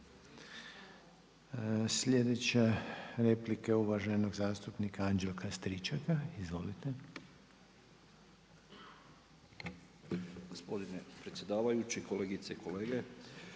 Sljedeća replika je uvaženog zastupnika Anđelka Stričaka. Izvolite.